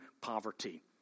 poverty